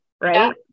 Right